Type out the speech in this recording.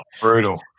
Brutal